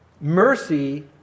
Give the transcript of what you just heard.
Mercy